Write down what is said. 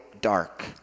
dark